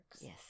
Yes